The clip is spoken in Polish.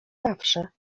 zawsze